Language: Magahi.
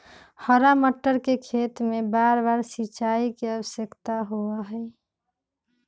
हरा मटर के खेत में बारबार सिंचाई के आवश्यकता होबा हई